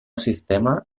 sistema